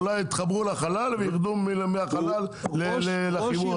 אולי תחברו לחלל וירדו מהחלל לחיבור עצמו.